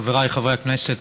חבריי חברי הכנסת,